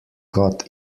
got